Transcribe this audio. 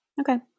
okay